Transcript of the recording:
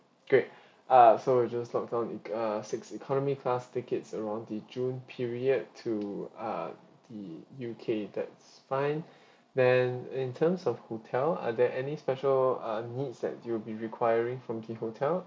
great uh so we just lock down e~ err six economy class tickets around the june period to uh the U_K that's fine then in terms of hotel are there any special uh needs that you'll be requiring from the hotel